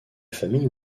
famille